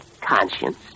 Conscience